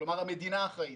המדינה אחראית,